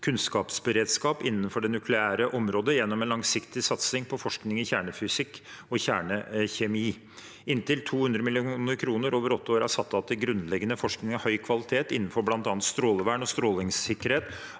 kunnskapsberedskap innenfor det nukleære området gjennom en langsiktig satsing på forskning i kjernefysikk og kjernekjemi. Inntil 200 mill. kr over åtte år er satt av til grunnleggende forskning av høy kvalitet innenfor bl.a. strålevern og strålingssikkerhet,